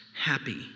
happy